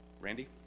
Randy